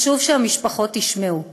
וחשוב שהמשפחות ישמעו: